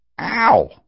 Ow